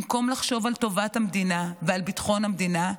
במקום לחשוב על טובת המדינה ועל ביטחון המדינה,